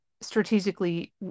strategically